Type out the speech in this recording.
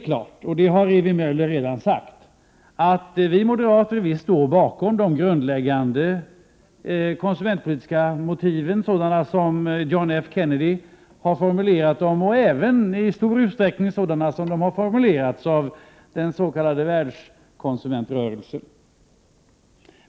Som Ewy Möller sagt står vi moderater bakom de grundläggande konsumentpolitiska motiven sådana som John F. Kennedy har formulerat dem och även i stor utsträckning som de har formulerats av den s.k. världskonsumentrörelsen.